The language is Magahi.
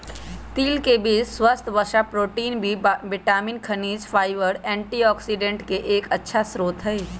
तिल के बीज स्वस्थ वसा, प्रोटीन, बी विटामिन, खनिज, फाइबर, एंटीऑक्सिडेंट के एक अच्छा स्रोत हई